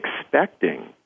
expecting